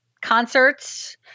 concerts